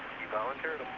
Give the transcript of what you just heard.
he volunteered.